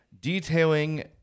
detailing